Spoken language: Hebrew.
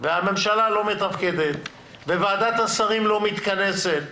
והממשלה לא מתפקדת וועדת השרים לא מתכנסת.